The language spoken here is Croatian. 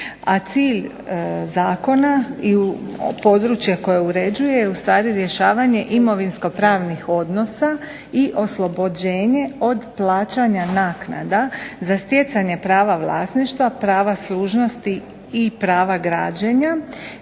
cilj zakona i područje koje uređuje ustvari rješavanje imovinskopravnih odnosa i oslobođenje od plaćanja naknada za stjecanje prava vlasništva, prava služnosti i prava građenja